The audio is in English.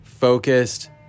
Focused